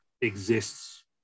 exists